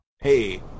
hey